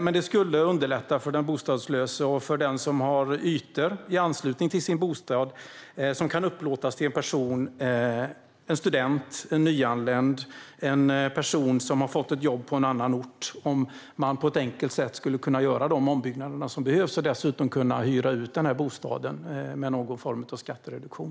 Men det skulle underlätta för den bostadslöse och för den som har ytor i anslutning till sin bostad som kan upplåtas till en person - till exempel en student, en nyanländ eller en person som har fått jobb på en annan ort - om man på ett enkelt sätt kunde göra de ombyggnader som behövs och dessutom kunde hyra ut denna bostad med någon form av skattereduktion.